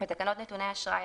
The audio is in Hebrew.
בתקנות נתוני אשראי,